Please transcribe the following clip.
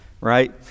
right